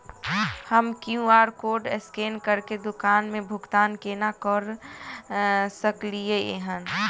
हम QR code scan करके दुकान मे भुगतान केना करऽ सकलिये एहन?